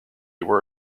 were